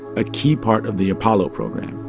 a key part of the apollo program.